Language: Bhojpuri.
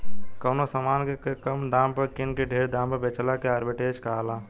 कवनो समान के कम दाम पर किन के ढेर दाम पर बेचला के आर्ब्रिट्रेज कहाला